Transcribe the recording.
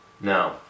No